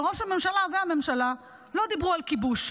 אבל ראש הממשלה והממשלה לא דיברו על כיבוש,